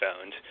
found